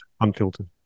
unfiltered